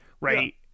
right